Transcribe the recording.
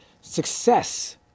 success